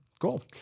Cool